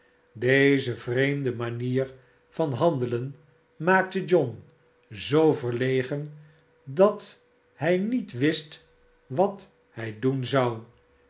deze vreemde manier van handelen maakte john zoo verlegen dat hij niet wist wat hij doen zou